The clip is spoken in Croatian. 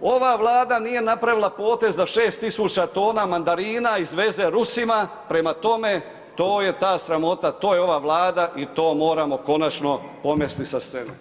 ova Vlada nije napravila potez da 6000 tona mandarina izveze Rusima, prema tome to je ta sramota, to je ova Vlada i to moramo konačno pomesti sa scene.